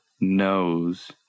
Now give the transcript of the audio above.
knows